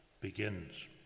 begins